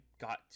got